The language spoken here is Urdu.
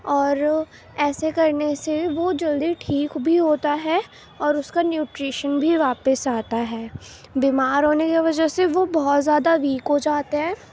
اور ایسے کرنے سے وہ جلدی ٹھیک بھی ہوتا ہے اور اس کا نیوٹریشن بھی واپس آتا ہے بیمار ہونے کی وجہ سے وہ بہت زیادہ ویک ہو جاتا ہے